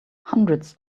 hundreds